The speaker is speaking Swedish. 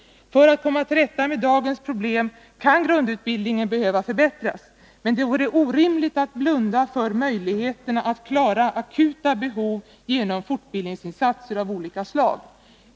För att komma till rätta med dagens problem kan grundutbildningen behöva förbättras. Men det vore orimligt att blunda för möjligheterna att klara akuta behov genom fortbildningsinsatser av olika slag.